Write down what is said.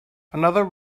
another